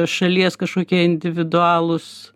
šalies kažkokie individualūs